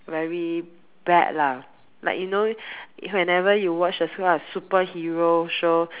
very bad lah like you know whenever you watch a su~ superhero show